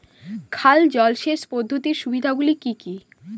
খাল জলসেচ পদ্ধতির সুবিধাগুলি কি কি?